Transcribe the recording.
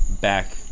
back